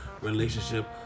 relationship